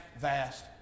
vast